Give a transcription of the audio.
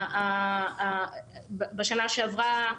בשנה שעברה,